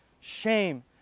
shame